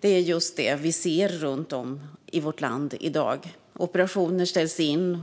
Det är just det vi ser runt om i vårt land i dag. Operationer ställs in.